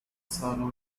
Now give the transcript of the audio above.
swallow